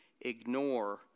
ignore